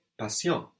passion